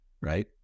right